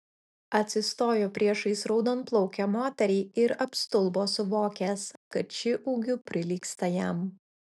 atsistojo priešais raudonplaukę moterį ir apstulbo suvokęs kad ši ūgiu prilygsta jam